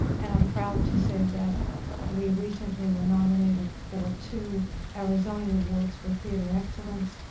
and i'm proud to say that we recently were nominated for two arizona awards for theater excellence,